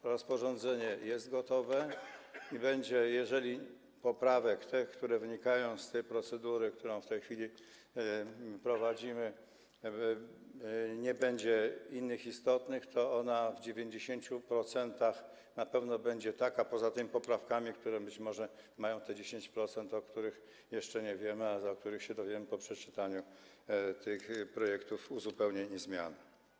To rozporządzenie jest gotowe i jeżeli poza poprawkami, które wynikają z tej procedury, którą w tej chwili prowadzimy, nie będzie innych istotnych poprawek, to ono w 90% na pewno będzie takie, poza tymi poprawkami, które być może dotyczą tych 10%, o których jeszcze nie wiemy, a o których się dowiemy po przeczytaniu tych projektów, uzupełnień i zmian.